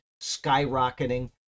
skyrocketing